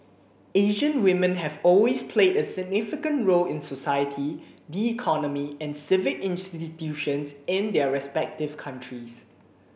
Asian women have always played a significant role in society the economy and civic institutions in their respective countries